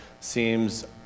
seems